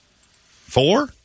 four